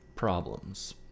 Problems